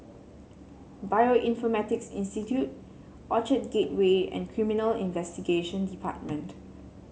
Bioinformatics Institute Orchard Gateway and Criminal Investigation Department